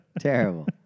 Terrible